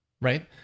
right